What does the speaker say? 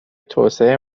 توسعه